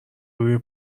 روی